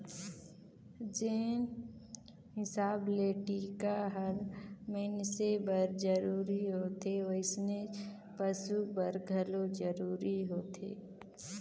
जेन हिसाब ले टिका हर मइनसे बर जरूरी होथे वइसनेच पसु बर घलो जरूरी होथे